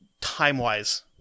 time-wise